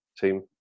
team